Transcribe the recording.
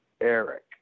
Eric